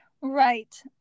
right